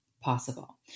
possible